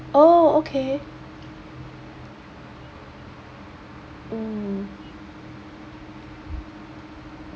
oh okay mm